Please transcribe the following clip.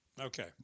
okay